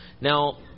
Now